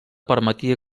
permetia